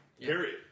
Period